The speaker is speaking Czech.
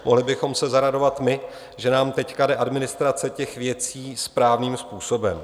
Mohli bychom se zaradovat my, že nám teď jde administrace těch věcí správným způsobem.